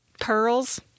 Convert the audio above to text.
pearls